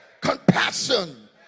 compassion